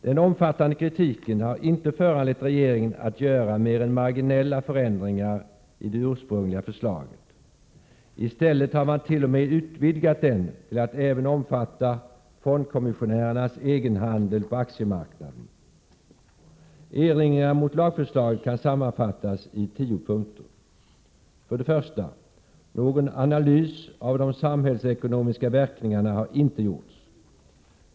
Den omfattande kritiken har inte föranlett regeringen att göra mer än marginella förändringar i det ursprungliga förslaget. I stället har regeringen t.o.m. utvidgat det till att även omfatta fondkommissionärernas egenhandel på aktiemarknaden. Erinringarna mot lagförslaget kan sammanfatts i tio punkter: 1. Någon analys av de samhällsekonomiska verkningarna har inte gjorts.